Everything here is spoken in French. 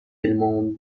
éléments